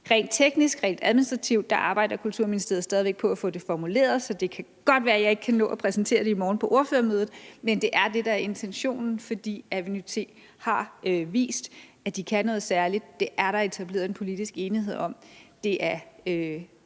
Rent teknisk og rent administrativt arbejder Kulturministeriet stadig væk på at få det formuleret, så det kan godt være, at jeg ikke kan nå at præsentere det i morgen på ordførermødet. Men det er det, der er intentionen, fordi Aveny-T har vist, at de kan noget særligt, det er der etableret en politisk enighed om, og den